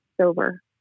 sober